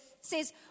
says